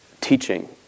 teaching